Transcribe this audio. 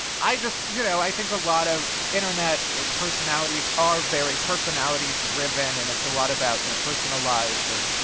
i just, you know, i think a lot of internet personalities are very personality-driven, and it's a lot about their personal lives. and,